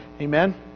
Amen